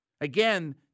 Again